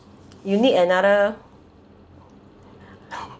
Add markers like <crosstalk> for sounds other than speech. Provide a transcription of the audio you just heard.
you need another <noise>